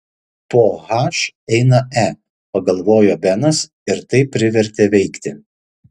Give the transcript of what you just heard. po h eina e pagalvojo benas ir tai privertė veikti